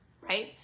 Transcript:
right